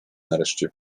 nareszcie